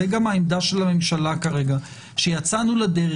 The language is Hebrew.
זו גם העמדה של הממשלה כרגע, שיצאנו לדרך.